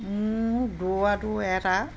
মোৰ দৌৰাটো এটা